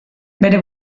bere